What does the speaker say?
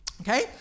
Okay